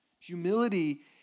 Humility